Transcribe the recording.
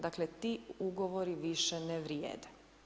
Dakle, ti ugovori više ne vrijede.